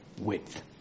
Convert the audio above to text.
width